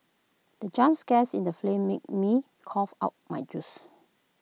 the jump scares in the flame made me cough out my juice